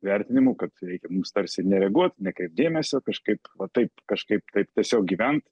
vertinimų kad reikia mums tarsi nereaguot nekreipt dėmesio kažkaip va taip kažkaip taip tiesiog gyvent